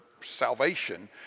salvation